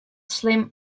slim